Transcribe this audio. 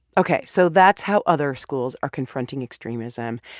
ok. so that's how other schools are confronting extremism.